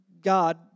God